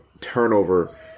turnover